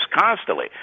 constantly